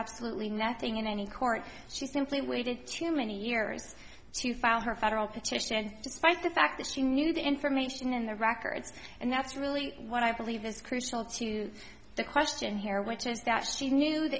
absolutely nothing in any court she simply waited too many years to found her federal petition despite the fact you knew the information in the records and that's really what i believe is crucial to the question here which is that she knew the